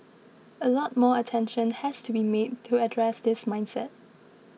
a lot more attention has to be made to address this mindset